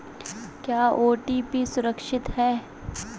क्या ओ.टी.पी सुरक्षित है?